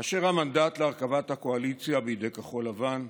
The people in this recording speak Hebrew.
כאשר המנדט להרכבת הקואליציה בידי כחול לבן,